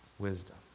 wisdom